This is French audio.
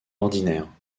ordinaire